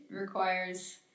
requires